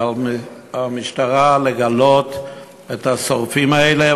ועל המשטרה לגלות את השורפים האלה,